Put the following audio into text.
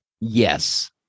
Yes